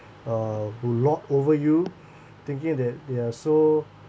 uh who lord over you thinking that they are so